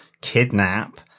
kidnap